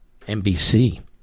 NBC